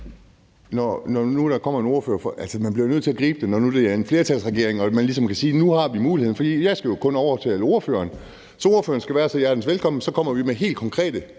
Andersen (DD): Altså, man bliver jo nødt til at gribe muligheden, når nu det er en flertalsregering og man ligesom kan sige: Nu har vi muligheden. For jeg skal jo kun overtale ordføreren. Så ordføreren skal være så hjertens velkommen, og så kommer at vi med et bud